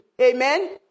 Amen